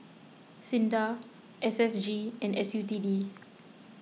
Sinda S S G and S U T D